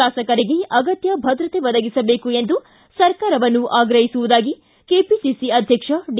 ಶಾಸಕರಿಗೆ ಅಗತ್ಯ ಭದ್ರತೆ ಒದಗಿಸಬೇಕು ಎಂದು ಸರ್ಕಾರವನ್ನು ಆಗ್ರಹಿಸುವುದಾಗಿ ಕೆಪಿಸಿಸಿ ಅಧ್ಯಕ್ಷ ಡಿ